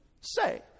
say